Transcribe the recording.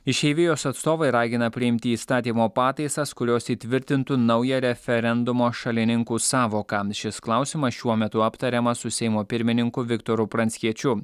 išeivijos atstovai ragina priimti įstatymo pataisas kurios įtvirtintų naują referendumo šalininkų sąvoką šis klausimas šiuo metu aptariamas su seimo pirmininku viktoru pranckiečiu